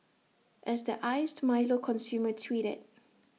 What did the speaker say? as the iced milo consumer tweeted